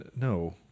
No